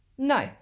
No